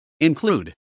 include